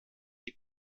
die